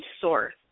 source